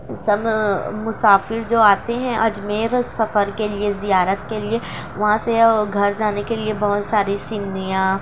سب مسافر جو آتے ہیں اجمیر سفر کے لیے زیارت کے لیے وہاں سے گھر جانے کے لیے بہت ساری شیرنیاں